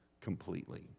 completely